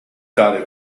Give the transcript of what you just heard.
thought